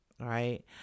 right